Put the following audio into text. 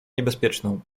niebezpieczną